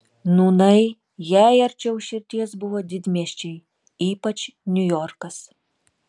nūnai jai arčiau širdies buvo didmiesčiai ypač niujorkas